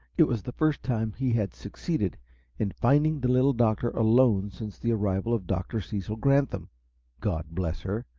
it was the first time he had succeeded in finding the little doctor alone since the arrival of dr. cecil granthum god bless her!